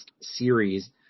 series